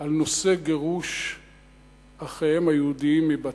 על נושא גירוש אחיהם היהודים מבתיהם.